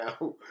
now